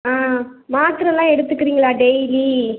ஆ மாத்திரலாம் எடுத்துக்குறீங்களா டெய்லி